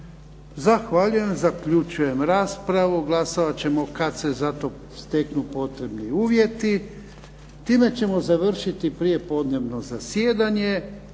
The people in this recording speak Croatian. Zahvaljujem. Zaključujem raspravu. Glasovat ćemo kad se za to steknu potrebni uvjeti. Time ćemo završiti prijepodnevno zasjedanje.